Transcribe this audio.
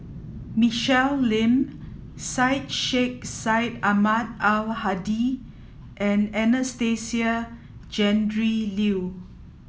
Michelle Lim Syed Sheikh Syed Ahmad Al Hadi and Anastasia Tjendri Liew